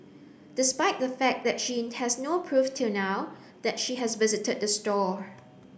despite the fact that she has no proof till now that she has visited the store